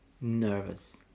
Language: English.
nervous